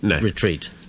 retreat